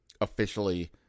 officially